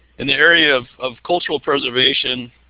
in the area of of cultural preservation,